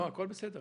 הכול בסדר.